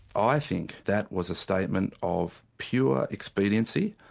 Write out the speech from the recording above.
i think that was a statement of pure expediency,